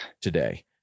today